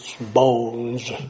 bones